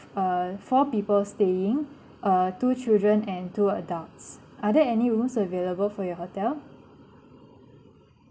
err four people staying err two children and two adults are there any rooms available for your hotel